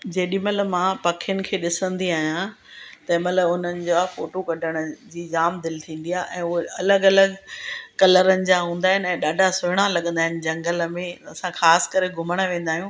जेॾी महिल मां पखियुनि खे ॾिसंदी आहियां तंहिं महिल उन्हनि जा फ़ोटो कढण जी जाम दिलि थींदी आहे ऐं उहा अलॻि अलॻि कलरनि जा हूंदा आहिनि ऐं ॾाढा सुहिणा लॻंदा आहिनि झंगल में असां ख़ासि करे घुमण वेंदा आहियूं